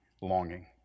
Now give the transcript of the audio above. longing